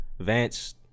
Vance